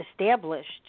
established